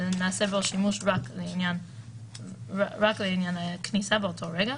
נעשה בו שימוש רק לעניין כניסה באותו רגע.